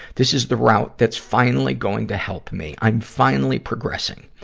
this is the route that's finally going to help me. i'm finally progressing.